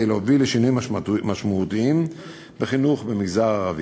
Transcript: להוביל לשינויים משמעותיים בחינוך במגזר הערבי.